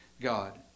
God